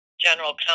general